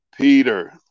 Peter